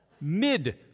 mid